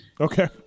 Okay